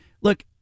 look